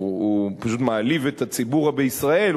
הוא פשוט מעליב את הציבור בישראל,